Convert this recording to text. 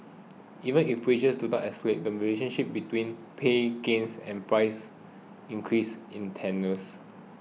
even if wages do accelerate the relationship between pay gains and price increases is tenuous